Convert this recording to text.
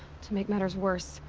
to make matters worse.